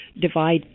divide